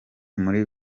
muri